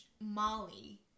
Molly